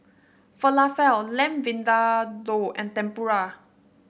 Falafel Lamb Vindaloo and Tempura